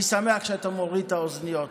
אני שמח שאתה מוריד את האוזניות.